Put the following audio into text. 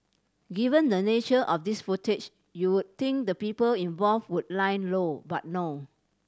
given the nature of this footage you'll think the people involved would lie low but no